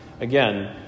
Again